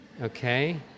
okay